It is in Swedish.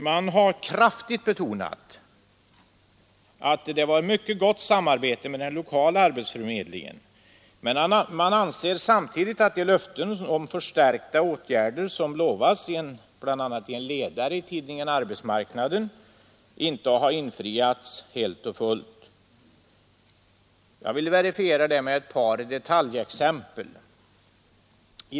Man har kraftigt betonat att det varit ett mycket gott samarbete med den lokala arbetsförmedlingen, men man anser samtidigt att de löften om förstärkta åtgärder som givits bl.a. i en ledare i tidningen Arbetsmarknaden inte har infriats helt och fullt. Jag vill verifiera det med ett par detaljexempel.